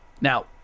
Now